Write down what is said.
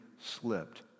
slipped